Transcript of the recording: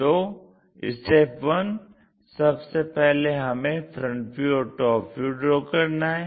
तो 1 सबसे पहले हमें FV और TV ड्रा करना है